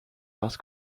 parce